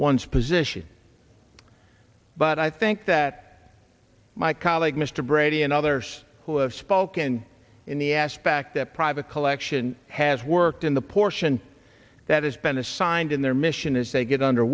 one's position but i think that my colleague mr brady and others who have spoken in the ash fact that private collection has worked in the portion that has been assigned in their mission as they get under